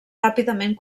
ràpidament